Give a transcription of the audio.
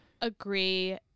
agree